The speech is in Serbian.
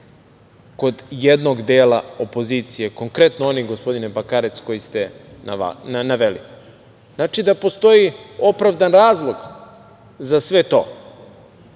kod jednog dela opozicije, konkretno onih, gospodine Bakarec, koji ste naveli, znači, postoji opravdan razlog za sve